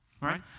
right